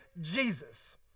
Jesus